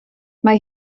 mae